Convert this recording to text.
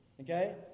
Okay